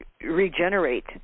regenerate